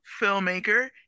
filmmaker